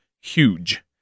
huge